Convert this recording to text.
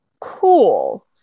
cool